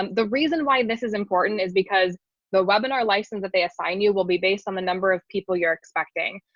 and the reason why this is important is because the webinar license that they assign you will be based on the number people you're expecting.